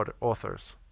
authors